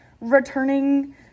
returning